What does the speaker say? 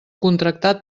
contractat